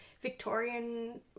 Victorian